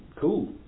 cool